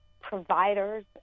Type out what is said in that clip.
providers